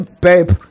babe